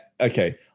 okay